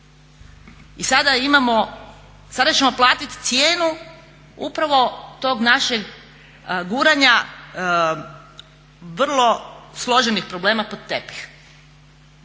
I sada ćemo platiti cijenu upravo tog našeg guranja vrlo složenih problema pod tepih,